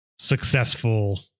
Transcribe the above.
successful